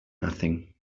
nothing